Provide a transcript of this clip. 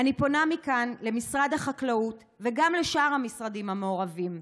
אני פונה מכאן למשרד החקלאות וגם לשאר המשרדים המעורבים: